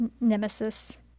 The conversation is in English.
nemesis